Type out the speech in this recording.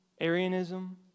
Arianism